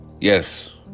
Yes